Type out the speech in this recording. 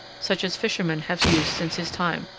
such as fishermen have used since his time.